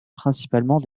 principalement